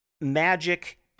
magic